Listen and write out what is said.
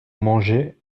manger